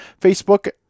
Facebook